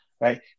right